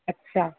अछा